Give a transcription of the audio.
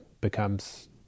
becomes